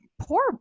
poor